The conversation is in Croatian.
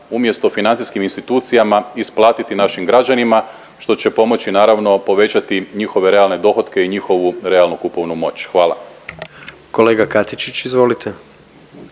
umjesto financijskim institucijama isplatiti našim građanima, što će, pomoći naravno povećati njihove realne dohotke i njihovu realnu kupovnu moć. Hvala. **Jandroković, Gordan